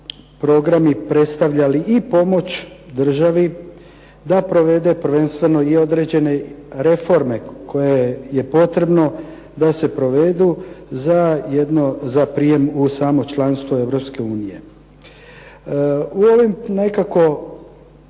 programi predstavljali i pomoć državi da provede prvenstveno i određene reforme koje je potrebno da se provedu za jedno, za prijem u samo članstvo Europske unije. U ovim nekako